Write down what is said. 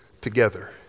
together